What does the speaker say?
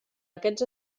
aquests